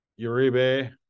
Uribe